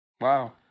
wow